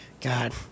God